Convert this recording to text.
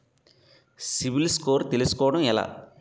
CIBIL score తెల్సుకోటం ఎలా?